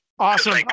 Awesome